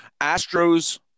Astros